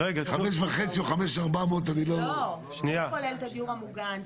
זה לא כולל את הדיור המוגן.